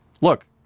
look